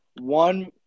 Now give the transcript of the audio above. one